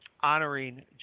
honoring